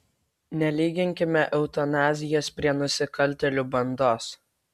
nelyginkime eutanazijos prie nusikaltėlių bandos